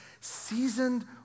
seasoned